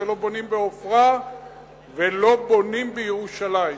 ולא בונים בעופרה ולא בונים בירושלים.